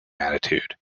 attitude